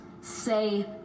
say